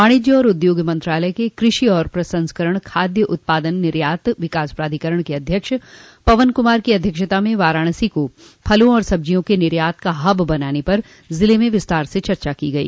वाणिज्य एवं उद्योग मंत्रालय के कृषि और प्रसंस्करण खादय उत्पादन निर्यात विकास प्राधिकरण के अध्यक्ष पवन कुमार को अध्यक्षता में वाराणसी को फलों और सब्जियों के निर्यात का हब बनाने पर जिले में विस्तार से चर्चा की गई